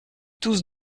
tous